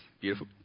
Beautiful